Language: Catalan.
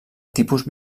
tipus